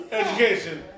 education